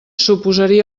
suposaria